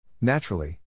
Naturally